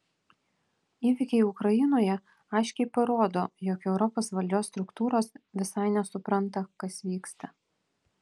įvykiai ukrainoje aiškiai parodo jog europos valdžios struktūros visai nesupranta kas vyksta